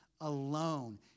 alone